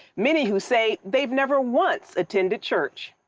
many who say they've never once attended church.